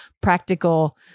practical